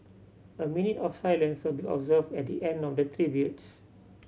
a minute of silence will be observed at the end of the tributes